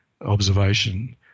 observation